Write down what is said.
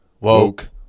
Woke